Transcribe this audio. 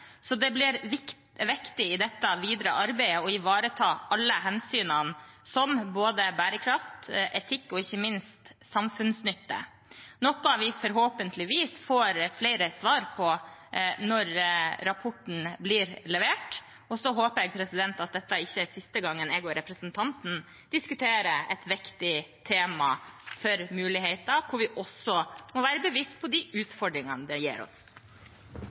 Det blir viktig i dette videre arbeidet å ivareta alle hensynene, som både bærekraft, etikk og ikke minst samfunnsnytte, noe vi forhåpentligvis får flere svar på når rapporten blir levert. Så håper jeg at dette ikke er siste gangen jeg og representanten diskuterer et viktig tema for muligheter, hvor vi også må være bevisste på de utfordringene det gir oss.